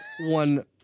one